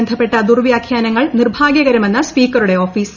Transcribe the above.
ബന്ധപ്പെട്ട ദുർവ്യാഖ്യാനങ്ങൾ നിർഭാഗൃകരമെന്ന് സ്പീക്കറുടെ ഓഫീസ്